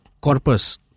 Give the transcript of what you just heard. corpus